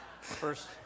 First